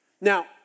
Now